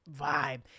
Vibe